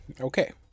Okay